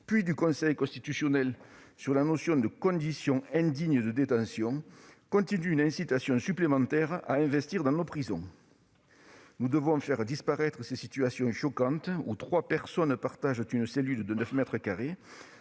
puis du Conseil constitutionnel, sur la notion de conditions indignes de détention constitue une incitation supplémentaire à investir dans nos prisons. Nous devons faire disparaître ces situations choquantes, où trois personnes partagent une cellule de neuf mètres carrés